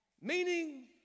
Meaning